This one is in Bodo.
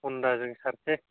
हन्दाजों सारनोसै